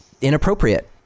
inappropriate